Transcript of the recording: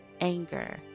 anger